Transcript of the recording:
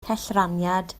cellraniad